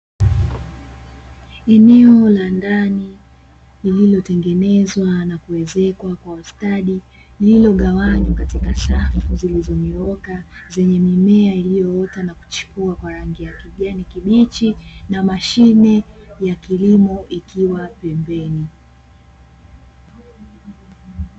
Eneo la ndani lililotengenezwa na kuezekwa kwa ustadi, lililogawanywa katika safu zilizonyooka zenye mimea iliyoota na kuchipua kwa rangi ya kijani kibichi, na mashine ya kilimo ikiwa pembeni.